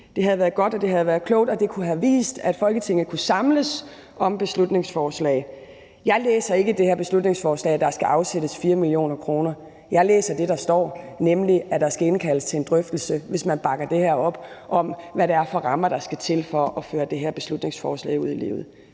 det havde været klogt, og det kunne have vist, at Folketinget kunne samles om beslutningsforslag. Jeg læser ikke det her beslutningsforslag, som at der skal afsættes 4 mio. kr. Jeg læser det, der står, nemlig at der skal indkaldes til en drøftelse, hvis man bakker det her op, om, hvad det er for rammer, der skal til for at føre det her beslutningsforslag ud i livet.